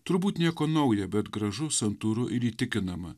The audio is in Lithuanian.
turbūt nieko nauja bet gražu santūru ir įtikinama